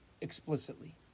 explicitly